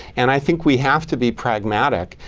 and i think we have to be pragmatic,